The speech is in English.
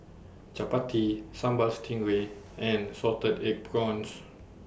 Chappati Sambal Stingray and Salted Egg Prawns